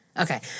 Okay